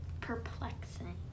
Perplexing